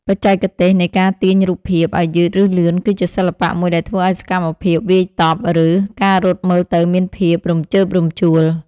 បច្ចេកទេសនៃការទាញរូបភាពឱ្យយឺតឬលឿនគឺជាសិល្បៈមួយដែលធ្វើឱ្យសកម្មភាពវាយតប់ ឬ ការរត់មើលទៅមានភាពរំជើបរំជួល។